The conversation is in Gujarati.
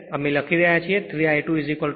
અમે લખી રહ્યા છીએ 3 I 2